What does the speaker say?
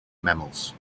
mammals